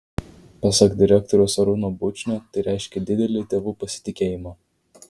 pasak direktoriaus arūno bučnio tai reiškia didelį tėvų pasitikėjimą